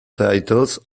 titles